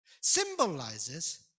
symbolizes